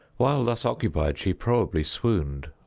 while thus occupied, she probably swooned,